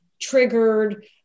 triggered